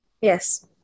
Yes